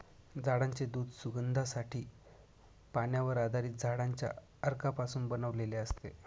झाडांचे दूध सुगंधासाठी, पाण्यावर आधारित झाडांच्या अर्कापासून बनवलेले असते